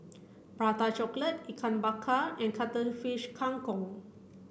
Prata Chocolate Ikan Bakar and Cuttlefish Kang Kong